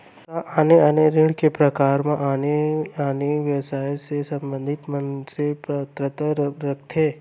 का आने आने ऋण के प्रकार म आने आने व्यवसाय से संबंधित मनखे पात्रता रखथे?